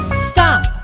stop!